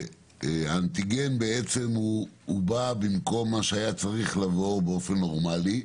בדיקת האנטיגן בעצם באה במקום מה שהיה צריך לבוא באופן נורמלי,